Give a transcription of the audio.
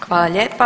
Hvala lijepa.